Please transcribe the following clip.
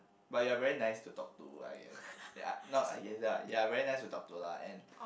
but you are very nice to talk to lah yes ya no yes lah ya you are very nice to talk to lah and